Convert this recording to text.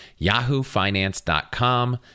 yahoofinance.com